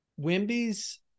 Wimby's